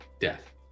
death